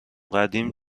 قدیم